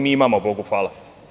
Mi imamo, Bogu hvala.